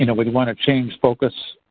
you know we'd want to change focus.